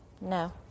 no